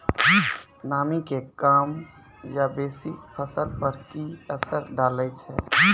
नामी के कम या बेसी फसल पर की असर डाले छै?